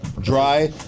dry